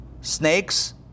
snakes